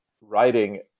writing